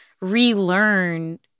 relearn